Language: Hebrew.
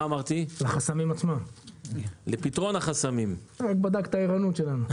לפתרון החסמים שלנו.